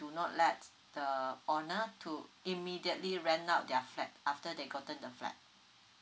do not let the owner to immediately rent out their flat after they gotten the flat